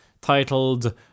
titled